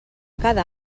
cada